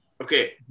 Okay